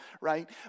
right